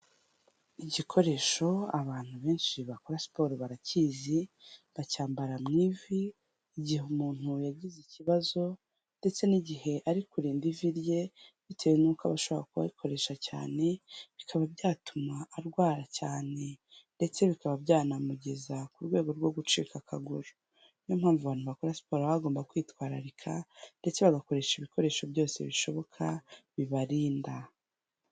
Igikoresho abantu benshi bakora siporo barakizi, bacyambara mu ivi igihe umuntu yagize ikibazo ndetse n'igihe ari kurinda ivi rye bitewe n'uko aba ashobora kugikoresha cyane, bikaba byatuma arwara cyane ndetse bikaba byanamugeza ku rwego rwo gucika akaguru. Niyo mpamvu abantu bakora siporo bagomba kwitwararika ndetse bagakoresha ibikoresho byose bishoboka bibarinda.